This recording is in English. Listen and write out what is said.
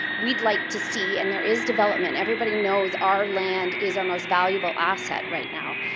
we'd like to see and there is development, everybody knows our land is our most valuable asset right now.